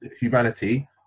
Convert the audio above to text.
humanity